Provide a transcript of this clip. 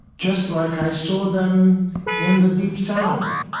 just like i saw them in the deep south.